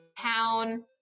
town